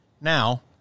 now